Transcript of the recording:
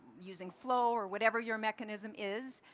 using flow or whatever your mechanism is.